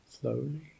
slowly